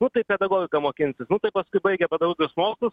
nu tai pedagogiką mokinsis nu tai paskui pasibaigia pedagogikos mokslus